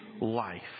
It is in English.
life